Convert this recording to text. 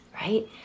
right